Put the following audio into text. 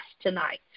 tonight